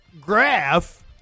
graph